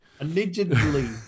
Allegedly